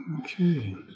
Okay